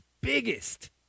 biggest